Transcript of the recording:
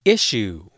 Issue